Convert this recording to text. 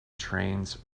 trains